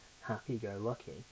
happy-go-lucky